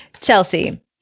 chelsea